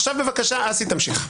עכשיו בבקשה אסי, תמשיך.